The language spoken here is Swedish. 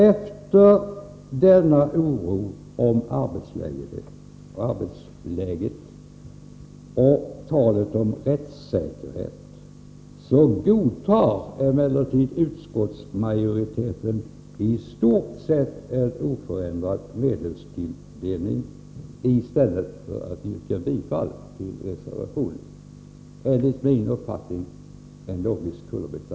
Efter denna oro om arbetsläget och talet om rättssäkerhet godtar emellertid utskottsmajoriteten i stort sett en oförändrad medelstilldelning i stället för att tillstyrka reservationen — enligt min uppfattning en logisk kullerbytta.